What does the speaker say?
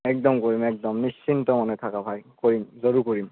একদম কৰিম একদম নিশ্চিন্ত মনে থাক ভাই কৰিম জৰুৰ কৰিম